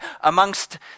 amongst